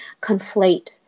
conflate